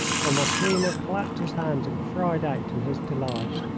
for massena clapped his hands and cried out in his delight.